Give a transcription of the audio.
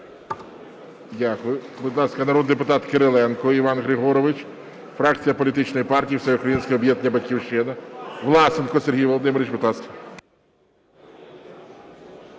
Дякую. Будь ласка, народний депутат Кириленко Іван Григорович, фракція політичної партії Всеукраїнське об'єднання "Батьківщина". Власенко Сергій Володимирович, будь ласка.